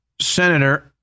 Senator